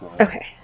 okay